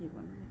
के भन्नु होइन